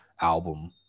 album